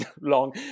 long